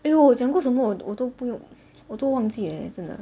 eh 我讲过什么我我都不用我都忘记真的